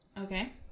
Okay